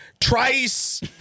Trice